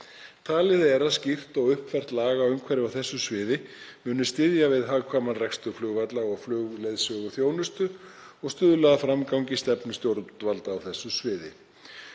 Talið er að skýrt og uppfært lagaumhverfi á þessu sviði muni styðja við hagkvæman rekstur flugvalla og flugleiðsöguþjónustu og stuðla að framgangi stefnu stjórnvalda á þessu sviði.